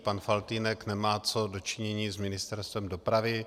Pan Faltýnek nemá co do činění s Ministerstvem dopravy.